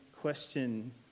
question